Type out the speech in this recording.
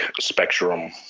spectrum